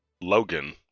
logan